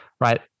right